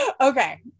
Okay